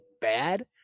bad